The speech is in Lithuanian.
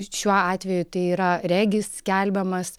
šiuo atveju tai yra regis skelbiamas